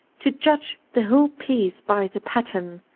to judge the whole piece by the pattern,